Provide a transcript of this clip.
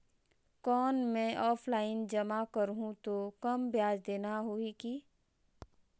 कौन मैं ऑफलाइन जमा करहूं तो कम ब्याज देना होही की?